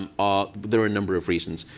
um are there are a number of reasons.